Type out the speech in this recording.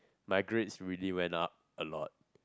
my grades really went up a lot